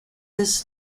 this